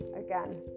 again